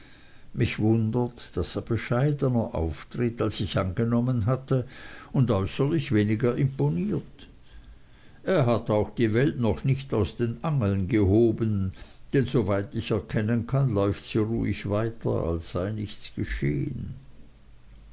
mich wundert daß er bescheidner auftritt als ich angenommen hatte und äußerlich weniger imponiert er hat auch die welt noch nicht aus den angeln gehoben denn soweit ich erkennen kann läuft sie ruhig weiter als sei nichts geschehen